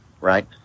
right